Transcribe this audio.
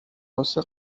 واسه